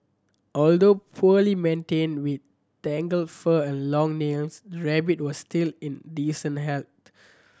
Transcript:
although poorly maintained with tangled fur and long nails the rabbit was still in decent health